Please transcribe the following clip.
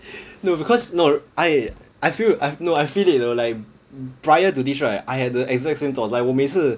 no because no I I feel I've no I feel it though like prior to this right I had the exact same thought like 我每次